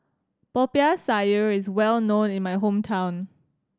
Popiah Sayur is well known in my hometown